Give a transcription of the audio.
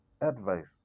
advice